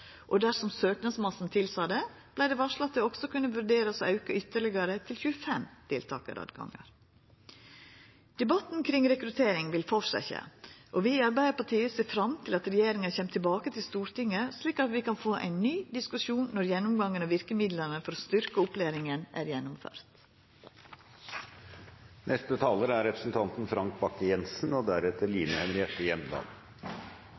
Dersom søknadsmassen tilsa det, vart det varsla at det også kunne verta vurdert å auka ytterlegare til 25 deltakaråtgangar. Debatten kring rekruttering vil fortsetja. Vi i Arbeidarpartiet ser fram til at regjeringa kjem tilbake til Stortinget slik at vi kan få ein ny diskusjon når gjennomgangen av verkemidla for å styrkja opplæringa er gjennomført. Det er